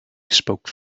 spoke